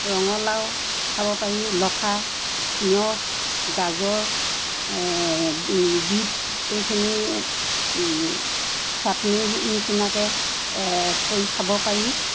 ৰঙালাও খাব পাৰি লফা তিয়হ গাজৰ বিট এইখিনি চাটনি নিচিনাকৈ কৰি খাব পাৰি